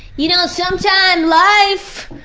you know, sometimes life,